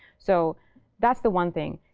so that's the one thing.